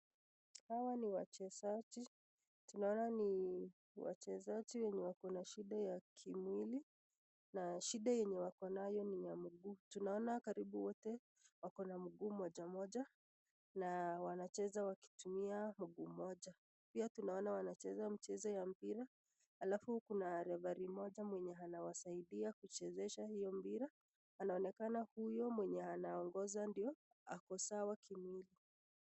Hawa ni wachezaji. Tunaona ni wachezaji wenye wako na shida ya kimwili, na shida yenye wako nayo ni ya mguu. Tunaona karibu wote wako na mguu moja moja na wanacheza wakitumia mguu moja. Pia tunaona wanacheza mchezo ya mpira. Alafu kuna referee mmoja mwenye anawasaidia kuchezesha hio mpira. Anaonekana huyo mwenye anaongoza ndio ako sawa kimwili.